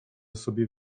sobie